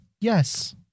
yes